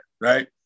right